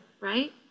right